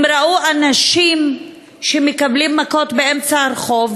הם ראו אנשים מקבלים מכות באמצע הרחוב.